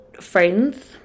friends